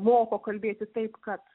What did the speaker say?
moko kalbėti taip kad